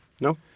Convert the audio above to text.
No